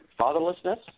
fatherlessness